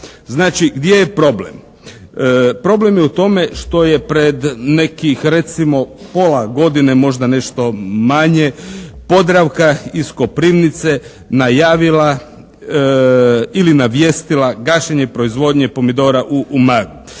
gdje je problem? Problem je u tome što je pred nekih recimo pola godine, možda nešto manje "Podravka" iz Koprivnice najavila ili navijestila gašenje proizvodnje pomidora u Umagu.